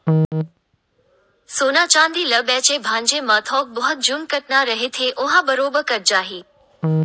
सोना चांदी ल बेंचे भांजे म थोक बहुत जउन कटना रहिथे ओहा बरोबर कट जाही